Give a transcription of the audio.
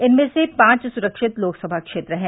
इनमें से पांच सुरक्षित लोकसभा क्षेत्र हैं